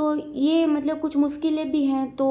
तो ये मतलब कुछ मुश्किलें भी है तो